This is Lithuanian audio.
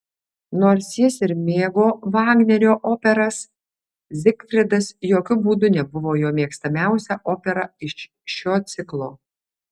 nors jis ir mėgo vagnerio operas zigfridas jokiu būdu nebuvo jo mėgstamiausia opera iš šio ciklo